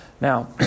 Now